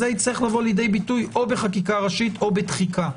זה יצטרך לבוא לידי ביטוי או בחקיקה ראשית או בדחיקה.